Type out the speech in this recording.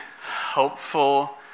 helpful